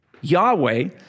Yahweh